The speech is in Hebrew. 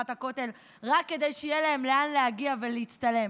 הכותל רק כדי שיהיה להם לאן להגיע ולהצטלם.